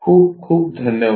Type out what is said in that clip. खूप खूप धन्यवाद